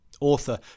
Author